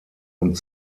und